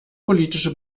politische